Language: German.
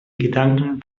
gedanken